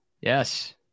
yes